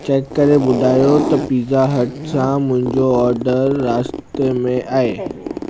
check करे ॿुधायो त पिज़्ज़ा हट सां मुंहिंजो ऑर्डर रास्ते में आहे